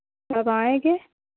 कब आएंगे